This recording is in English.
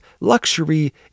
luxury